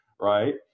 right